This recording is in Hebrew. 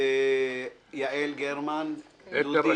יעל גרמן, בבקשה.